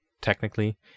technically